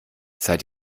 seid